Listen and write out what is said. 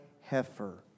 heifer